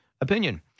opinion